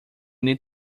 need